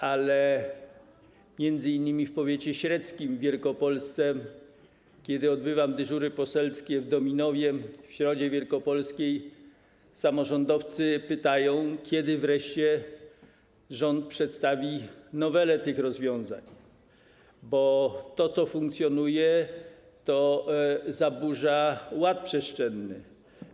Ale m.in. w powiecie średzkim w Wielkopolsce, gdy mam dyżury poselskie w Dominowie, w Środzie Wielkopolskiej, samorządowcy pytają, kiedy wreszcie rząd przedstawi nowelę tych rozwiązań, bo to, co funkcjonuje, zaburza ład przestrzenny.